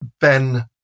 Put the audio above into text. Ben –